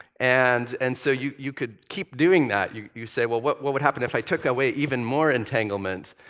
and and so you you could keep doing that. you you say, well what what would happen if i took away even more entanglement,